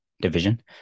division